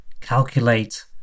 calculate